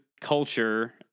culture